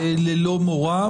ללא מורא,